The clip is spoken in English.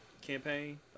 campaign